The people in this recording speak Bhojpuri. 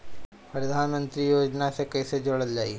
प्रधानमंत्री योजना से कैसे जुड़ल जाइ?